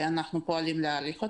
אנחנו פועלים להאריך אותה.